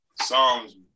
Psalms